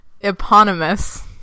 eponymous